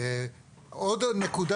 עוד נקודה,